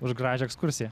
už gražią ekskursiją